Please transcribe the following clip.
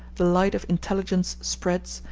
the light of intelligence spreads,